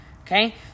Okay